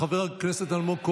נגד, חמישה, אין נמנעים.